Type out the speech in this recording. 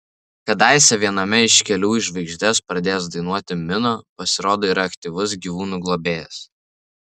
kadaise viename iš kelių į žvaigždes pradėjęs dainuoti mino pasirodo yra aktyvus gyvūnų globėjas